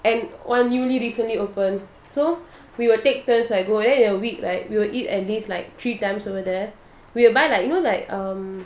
and one newly recently opened so we will take turns like go there in a week like we will eat at least like three times over there we will buy like you know like um